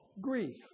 grief